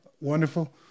wonderful